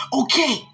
Okay